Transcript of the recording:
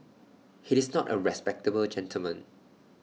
he is not A respectable gentleman